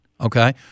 okay